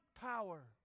power